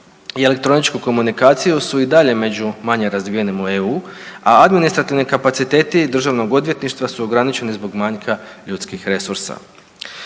i elektroničku komunikaciju su i dalje među manje razvijenim u EU, a administrativni kapaciteti državnog odvjetništva su ograničeni zbog manjka ljudskih resursa.